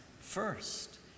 first